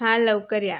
हां लवकर या